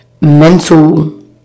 mental